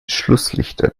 schlusslichter